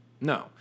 No